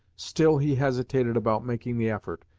still he hesitated about making the effort,